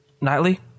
Nightly